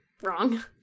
wrong